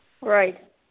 right